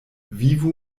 vivu